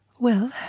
well,